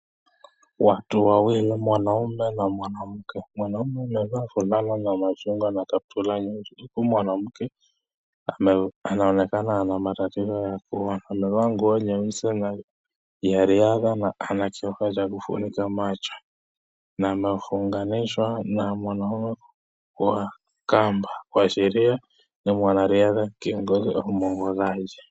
Watu wawili, mwanaume na mwanamke . Mwaume amevaa vulana la machungwa na kaptura nyeusi . Huku mwanamke anaonekana ana matatizo ya kuona . Amevaa nguo nyeusi ya riadha na ana ana chombo cha kifunika macho na ameunganishwa na mwanaume kwa kamba kwa Sheria ni mwanariadha Kiongozi Wa mwongozaji.